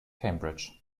cambridge